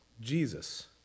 Jesus